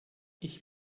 ich